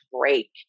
break